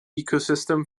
ecosystem